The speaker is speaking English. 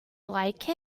like